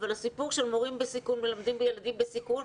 אבל הסיפור של מורים בסיכון מלמדים ילדים בסיכון,